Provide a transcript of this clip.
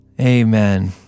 Amen